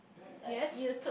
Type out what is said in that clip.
yes